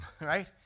right